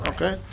Okay